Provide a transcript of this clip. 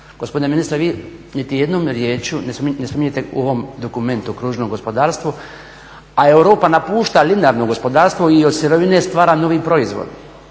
Gospodine ministre vi niti jednom riječju ne spominjete u ovom dokumentu kružno gospodarstvo, a Europa napušta linearno gospodarstvo i od sirovine stvara novi proizvod.